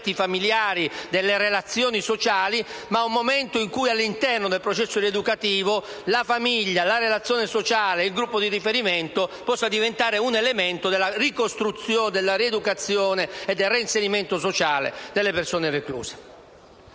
famigliari e delle relazioni sociali. Deve essere un momento in cui, all'interno del processo rieducativo, la famiglia, la relazione sociale, il gruppo di riferimento possano diventare un elemento della rieducazione e del reinserimento sociale delle persone recluse.